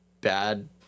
bad